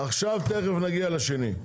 עכשיו תכף נגיע לשני.